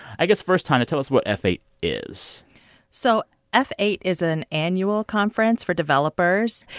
i guess first, tonya, tell us what f eight is so f eight is an annual conference for developers.